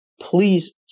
Please